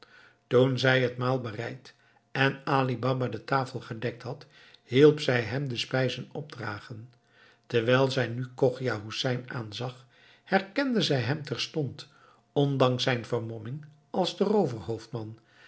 toen zij het maal bereid en abdallah de tafel gedekt had hielp zij hem de spijzen opdragen terwijl zij nu chogia hoesein aanzag herkende zij hem terstond ondanks zijn vermomming als den rooverhoofdman